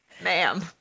ma'am